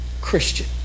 Christian